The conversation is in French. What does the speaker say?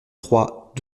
trois